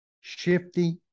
shifty